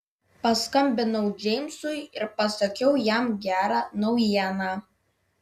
paskambinau džeimsui ir pasakiau jam gerą naujieną